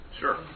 Sure